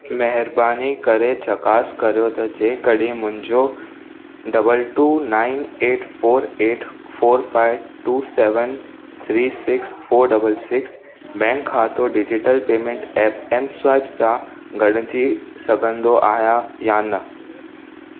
महिरबानी करे चकास कयो त जेकॾहिं मुंहिंजो double two nine eight four eight four five two seven three six four double six bank खातो डिजीटल पेमेंट ऐप एम स्वाइप सां ॻंढिजी सघंदो आहियां या न